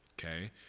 okay